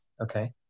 Okay